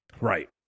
Right